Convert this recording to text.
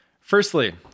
Firstly